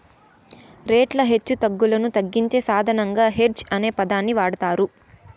రేట్ల హెచ్చుతగ్గులను తగ్గించే సాధనంగా హెడ్జ్ అనే పదాన్ని వాడతారు